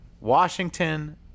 Washington